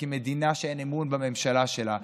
כי מדינה שאין אמון בממשלה שלה,